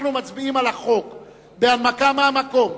אנחנו מצביעים על החוק בהנמקה מהמקום.